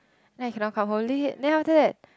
then I cannot come home late then after that